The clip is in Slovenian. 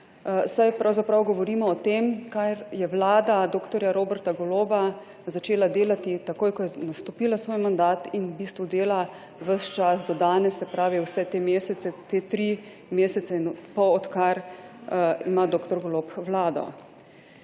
saj pravzaprav govorimo o tem, kar je vlada dr. Roberta Goloba začela delati takoj, ko je nastopila svoj mandat in v bistvu dela ves čas do danes, se pravi vse te mesece, te tri mesece in pol, odkar ima dr. Golob vlado.